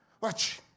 Watch